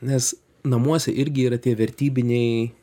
nes namuose irgi yra tie vertybiniai